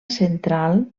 central